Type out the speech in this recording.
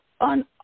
on